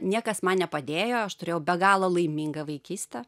niekas man nepadėjo aš turėjau be galo laimingą vaikystę